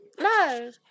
No